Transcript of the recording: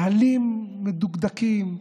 נהלים מדוקדקים,